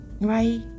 Right